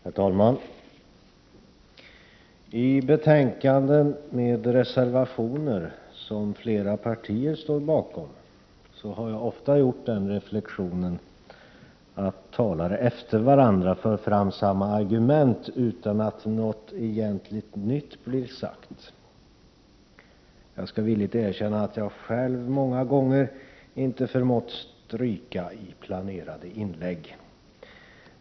Herr talman! Beträffande betänkanden med reservationer som flera 30 november 1988 partier står bakom har jag ofta gjort den reflexionen att talare efter varandra. mg för fram samma argument, utan att något egentligt nytt blir sagt. Jag skall villigt erkänna att jag själv många gånger inte förmått stryka i planerade inlägg.